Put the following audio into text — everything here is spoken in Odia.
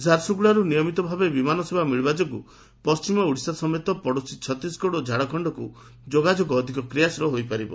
ଝାରସ୍ବଗୁଡ଼ାର୍ ନିୟମିତ ଭାବେ ବିମାନ ସେବା ମିଳିବା ଯୋଗୁଁ ପଣ୍କିମ ଓଡ଼ିଶା ସମେତ ପଡ଼ୋଶୀ ଛତିଶଗଡ଼ ଓ ଝାଡ଼ଖଣ୍ଡକ୍ ଯୋଗାଯୋଗ ଅଧିକ କ୍ରିୟାଶୀଳ ହୋଇପାରିବ